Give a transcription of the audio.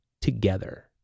together